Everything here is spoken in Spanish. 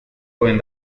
pueden